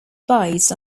based